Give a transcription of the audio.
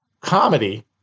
comedy